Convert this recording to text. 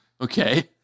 Okay